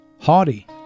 haughty